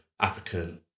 African